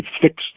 fixed